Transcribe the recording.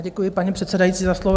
Já děkuji, paní předsedající, za slovo.